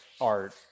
art